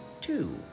Two